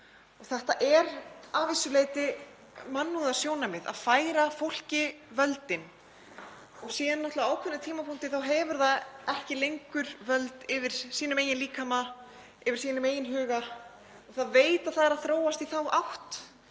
Þetta er að vissu leyti mannúðarsjónarmið, að færa fólki völdin. Síðan hefur það náttúrulega á ákveðnum tímapunkti ekki lengur völd yfir sínum eigin líkama, yfir sínum eigin huga. Það veit að það er að þróast í þá átt